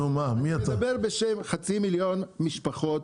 אני מדבר בשם חצי מיליון משפחות.